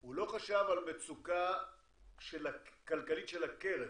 הוא לא חשב על מצוקה כלכלית של הקרן.